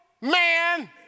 Man